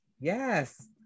Yes